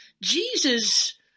Jesus